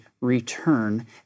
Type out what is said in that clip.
return